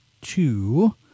Two